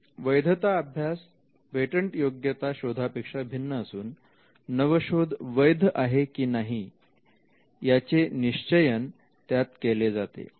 वैधता अभ्यास पेटंटयोग्यता शोधा पेक्षा भिन्न असून नवशोध वैध आहे की नाही ज्याचे निश्चयन त्यात केले जाते